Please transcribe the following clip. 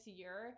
year